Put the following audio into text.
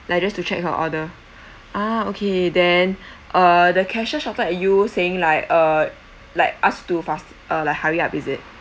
like just to check her order ah okay then uh the cashier shouted at you saying like uh like ask to fast uh hurry up is it